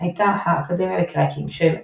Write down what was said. הייתה "האקדמיה לקראקינג" של +Fravia,